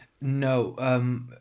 No